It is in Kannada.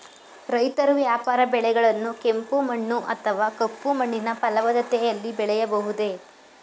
ರೈತರು ವ್ಯಾಪಾರ ಬೆಳೆಗಳನ್ನು ಕೆಂಪು ಮಣ್ಣು ಅಥವಾ ಕಪ್ಪು ಮಣ್ಣಿನ ಫಲವತ್ತತೆಯಲ್ಲಿ ಬೆಳೆಯಬಹುದೇ?